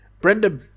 Brenda